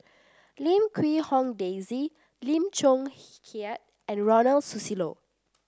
Lim Quee Hong Daisy Lim Chong Keat and Ronald Susilo